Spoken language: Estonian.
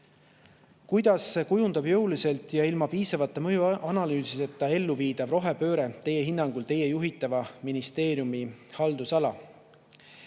"Kuidas kujundab jõuliselt ja ilma piisavate mõjuanalüüsideta ellu viidav rohepööre Teie hinnangul Teie juhitava ministee[ri]umi haldusala?"